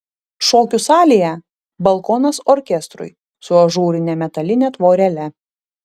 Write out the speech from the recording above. šokių salėje balkonas orkestrui su ažūrine metaline tvorele